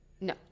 No